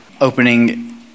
opening